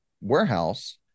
warehouse